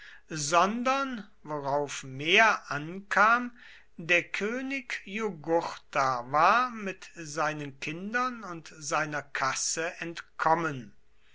sondern worauf mehr ankam der könig jugurtha war mit seinen kindern und seiner kasse entkommen